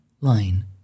line